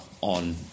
on